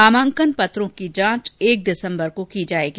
नामांकन पत्रों की जांच एक दिसम्बर को होगी